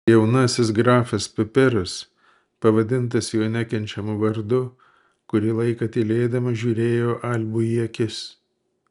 jaunasis grafas pipiras pavadintas jo nekenčiamu vardu kurį laiką tylėdamas žiūrėjo albui į akis